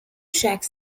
tracks